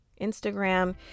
Instagram